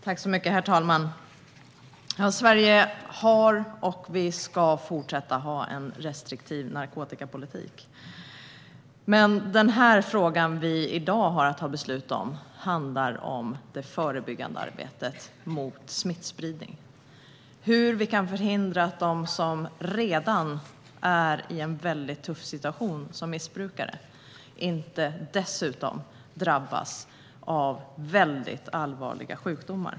Herr talman! Sverige har och ska fortsätta ha en restriktiv narkotikapolitik. Men den fråga vi i dag har att ta beslut om handlar om det förebyggande arbetet mot smittspridning. Det handlar om hur vi kan förhindra att de som redan är i en väldigt tuff situation som missbrukare inte dessutom drabbas av väldigt allvarliga sjukdomar.